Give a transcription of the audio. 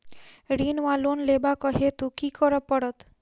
ऋण वा लोन लेबाक हेतु की करऽ पड़त?